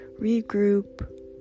regroup